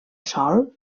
sòl